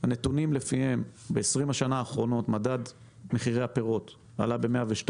אתה רואה שב-20 השנים האחרונות עלה מדד מחירי הפירות ב-102%,